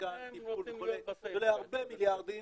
מתקן תפעול וכו' זה עולה הרבה מיליארדים